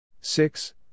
Six